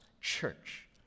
church